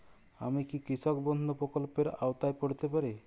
আমি কি কৃষক বন্ধু প্রকল্পের আওতায় পড়তে পারি?